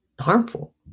harmful